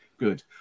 good